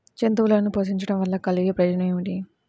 జంతువులను పోషించడం వల్ల కలిగే ప్రయోజనం ఏమిటీ?